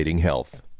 health